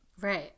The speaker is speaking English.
Right